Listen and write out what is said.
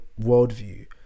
worldview